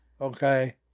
okay